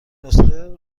نسخه